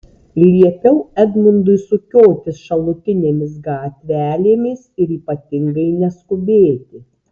liepiau edmundui sukiotis šalutinėmis gatvelėmis ir ypatingai neskubėti